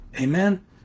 Amen